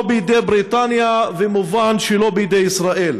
לא על ידי בריטניה, ומובן שלא על ידי ישראל.